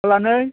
फाल्लानै